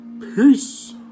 Peace